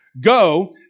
Go